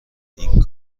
این